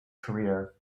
career